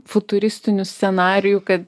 futuristinių scenarijų kad